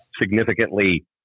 significantly